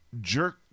jerk